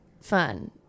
fun